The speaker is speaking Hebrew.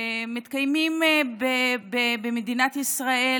מתקיימת במדינת ישראל,